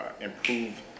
improve